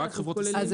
אלה רק חברות מסחריות.